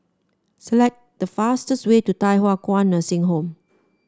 select the fastest way to Thye Hua Kwan Nursing Home